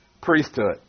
priesthood